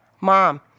Mom